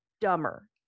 dumber